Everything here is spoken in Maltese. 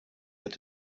qed